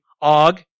Og